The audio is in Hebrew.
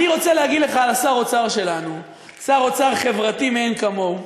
אני רוצה להגיד לך על שר האוצר שלנו: שר אוצר חברתי מאין כמוהו,